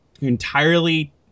entirely